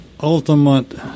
ultimate